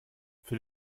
für